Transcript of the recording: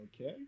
okay